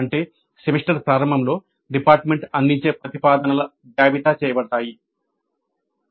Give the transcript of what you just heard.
అంటే సెమిస్టర్ ప్రారంభంలో డిపార్ట్మెంట్ అందించే ప్రతిపాదనలు జాబితా చేయబడతాయి